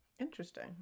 Interesting